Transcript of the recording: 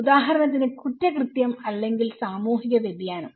ഉദാഹരണത്തിന് കുറ്റകൃത്യം അല്ലെങ്കിൽ സാമൂഹിക വ്യതിയാനം